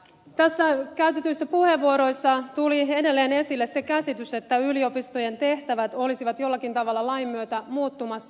täällä käytetyissä puheenvuoroissa tuli edelleen esille se käsitys että yliopistojen tehtävät olisivat jollakin tavalla lain myötä muuttumassa